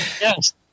Yes